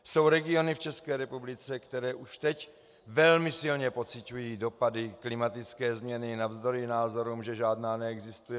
Jsou regiony v ČR, které už teď velmi silně pociťují dopady klimatické změny navzdory názorům, že žádná neexistuje.